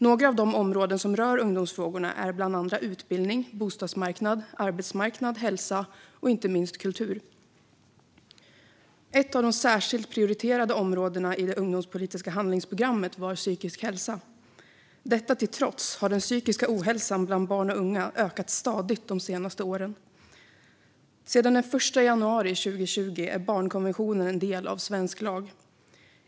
Några av de områden som rör ungdomsfrågor är bland andra utbildning, bostadsmarknad, arbetsmarknad, hälsa och inte minst kultur. Ett av de särskilt prioriterade områdena i det ungdomspolitiska handlingsprogrammet var psykisk hälsa. Detta till trots har den psykiska ohälsan bland barn och unga ökat stadigt de senaste åren. Sedan den 1 januari 2020 är barnkonventionen en del av svensk lag.